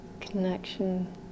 connection